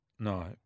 No